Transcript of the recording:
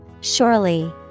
Surely